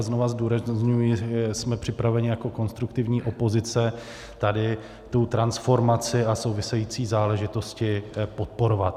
A znovu zdůrazňuji, jsme připraveni jako konstruktivní opozice tu transformaci a související záležitosti podporovat.